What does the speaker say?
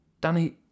Danny